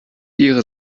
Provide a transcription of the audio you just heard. ihrer